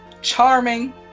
Charming